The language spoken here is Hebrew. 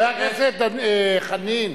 חבר הכנסת חנין,